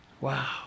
Wow